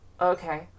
okay